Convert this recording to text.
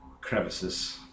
crevices